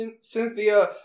Cynthia